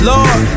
Lord